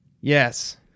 Yes